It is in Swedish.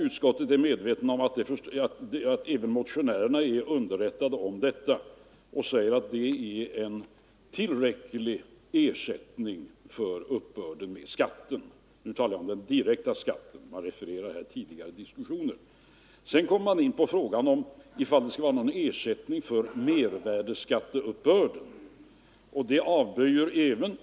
Utskottet förutsätter att motionärerna inte är ovetande om detta förhållande och säger att det är en tillräcklig ersättning för uppbörden av skatten. Utskottet refererar alltså här de diskussioner som tidigare förts. Därefter kommer utskottet in på frågan huruvida det skall utgå ersättning för mervärdeskatteuppbörden men avstyrker förslaget härom.